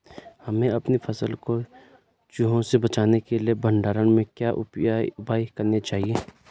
हमें अपनी फसल को चूहों से बचाने के लिए भंडारण में क्या उपाय करने चाहिए?